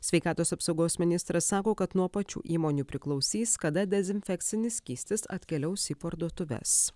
sveikatos apsaugos ministras sako kad nuo pačių įmonių priklausys kada dezinfekcinis skystis atkeliaus į parduotuves